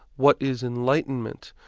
what is enlightenment?